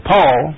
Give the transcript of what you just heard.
Paul